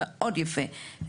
מאוד יפה.